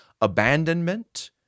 abandonment